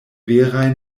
veraj